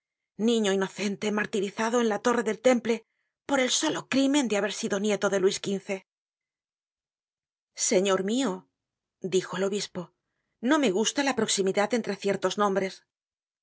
niño inocente martirizado en la torre del temple por el solo crímen de haber sido nieto de luis xv señor mio dijo el obispo no me gusta la proximidad entre ciertos nombres